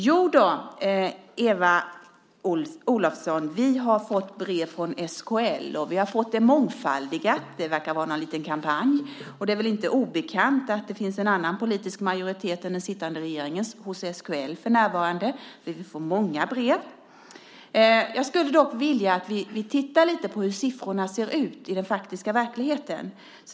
Jo då, Eva Olofsson, vi har fått brev från SKL, Sveriges Kommuner och Landsting, och vi har fått det mångfaldigat. Det verkar vara någon liten kampanj. Och det är väl inte obekant att det finns en annan politisk majoritet hos SKL än i riksdagen för närvarande. Vi får många brev. Jag skulle vilja redogöra lite grann för hur siffrorna ser ut i den faktiska verkligheten.